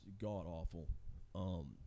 god-awful